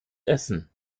essen